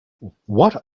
what